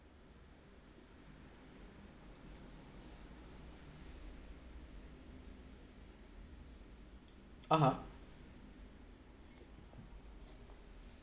(uh huh)